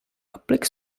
public